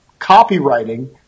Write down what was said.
copywriting